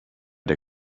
der